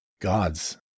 Gods